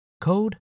code